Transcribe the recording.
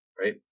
right